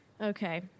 okay